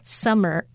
summer